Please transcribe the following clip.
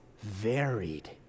varied